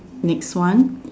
next one